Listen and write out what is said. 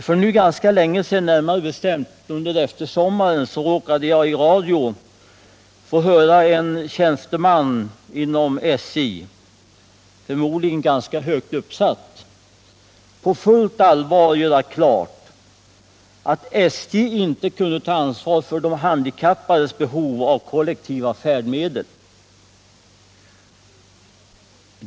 För nu ganska länge sedan, närmare bestämt under eftersommaren, råkade jag i radio få höra en tjänsteman inom SJ — förmodligen ganska högt uppsatt — på fullt allvar göra klart, att SJ inte kunde ta ansvar för de handikappades behov av kollektiva färdmedel.